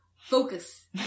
Focus